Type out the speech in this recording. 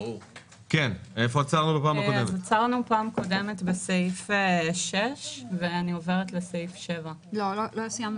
בפעם הקודמת עצרנו בסעיף 6 אך לא סיימנו